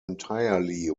entirely